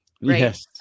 Yes